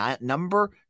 number